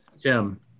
Jim